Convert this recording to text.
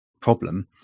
problem